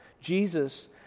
Jesus